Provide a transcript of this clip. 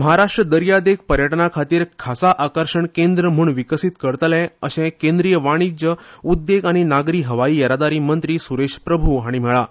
म्हाराश्ट्रातलोा दर्या देग पर्यटनाखातीर खासा आकर्शण केंद्र म्हण विकसीत करतले अशे केंद्रीय वाणिज्य उद्देग आनी नागरी हवाई येरादरी मंत्री सुरेश प्रभू हाणी म्हळा